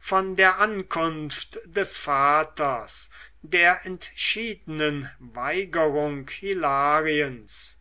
von der ankunft des vaters der entschiedenen weigerung hilariens